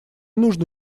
нужно